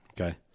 Okay